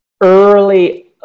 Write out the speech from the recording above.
early